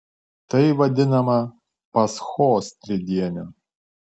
tai vadinama paschos tridieniu